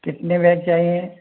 कितने बैग चाहिए